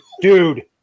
Dude